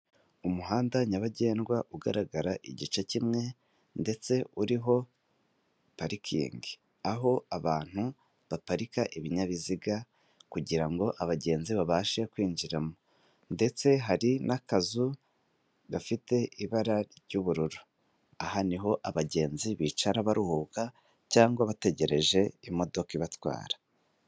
Umuhanda nyabagendwa ugaragara igice kimwe ndetse uriho parikingi, aho abantu baparika ibinyabiziga kugirango abagenzi babashe kwinjiramo, ndetse hari n'akazu gafite ibara ry'ubururu, aha niho abagenzi bicara baruhuka cyangwa bategereje imodoka ibatwara.